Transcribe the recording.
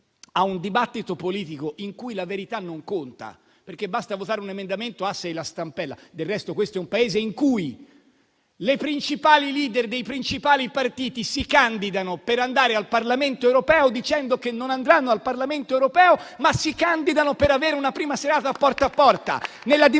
è un dibattito politico in cui la verità non conta, perché basta votare un emendamento per diventare "la stampella". Del resto, questo è un Paese in cui le *leader* dei principali partiti si candidano per il Parlamento europeo dicendo che non andranno al Parlamento europeo. Si candidano per avere una prima serata a "Porta a